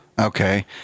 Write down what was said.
Okay